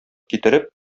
китереп